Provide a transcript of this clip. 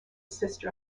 sister